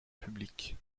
publics